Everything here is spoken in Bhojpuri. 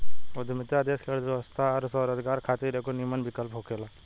उद्यमिता देश के अर्थव्यवस्था आ स्वरोजगार खातिर एगो निमन विकल्प होखेला